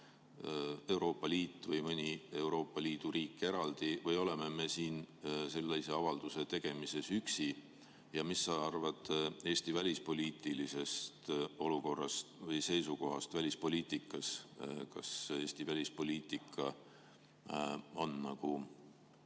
Euroopa Liit või mõni Euroopa Liidu riik eraldi – või oleme me siin sellise avalduse tegemisel üksi? Ja mis sa arvad Eesti välispoliitilisest olukorrast või seisukohast välispoliitikas? Kas Eesti välispoliitika on siin